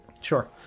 Sure